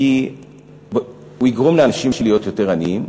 כי הוא יגרום לאנשים להיות יותר עניים.